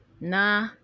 Nah